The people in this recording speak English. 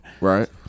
Right